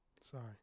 Sorry